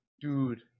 Dude